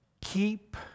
keep